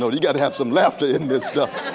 know it. you gotta have some laughter in this stuff.